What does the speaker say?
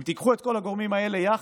אם תיקחו את כל הגורמים האלה יחד,